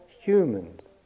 humans